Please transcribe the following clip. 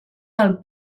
del